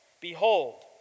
Behold